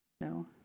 no